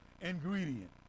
ingredient